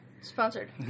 sponsored